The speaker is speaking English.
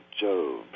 Job